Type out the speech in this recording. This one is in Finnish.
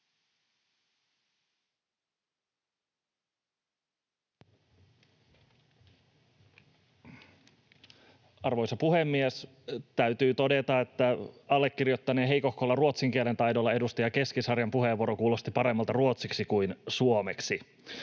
Arvoisa puhemies! Täytyy todeta, että allekirjoittaneen heikohkolla ruotsin kielen taidolla edustaja Keskisarjan puheenvuoro kuulosti paremmalta ruotsiksi kuin suomeksi.